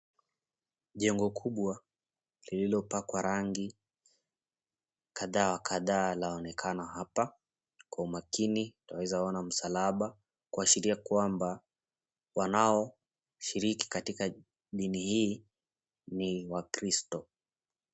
Jengo kubwa lililopakwa rangi kadha wa kadhaa la onekana hapa, kwa umakini unaweza kuona msalaba kuashiria kwamba wanaoshiriki katika nini hii ni wakristo.